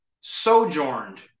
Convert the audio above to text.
sojourned